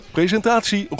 Presentatie